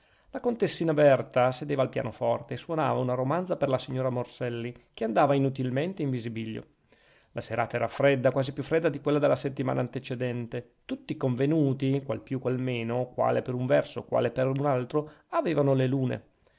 la contessina berta sedeva al pianoforte e suonava una romanza per la signora morselli che andava inutilmente in visibilio la serata era fredda quasi più fredda di quella della settimana antecedente tutti i convenuti qual più qual meno quale per un verso quale per un altro avevano le lune